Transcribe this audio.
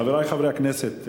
חברי חברי הכנסת,